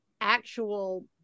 actual